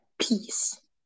Peace